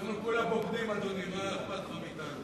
אנחנו כולה בוגדים, אדוני, מה אכפת לך מאתנו?